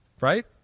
right